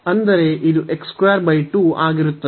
ಅಂದರೆ ಇದು ಆಗಿರುತ್ತದೆ